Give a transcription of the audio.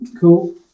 Cool